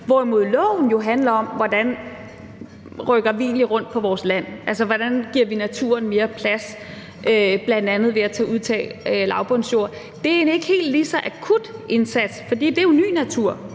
hvorimod loven jo handler om, hvordan vi egentlig rykker rundt på vores land, altså hvordan vi giver naturen mere plads, bl.a. ved at udtage lavbundsjord. Det er en ikke helt lige så akut indsats, for det er jo ny natur.